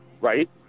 right